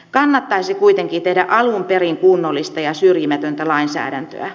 kannattaisi kuitenkin tehdä alun perin kunnollista ja syrjimätöntä lainsäädäntöä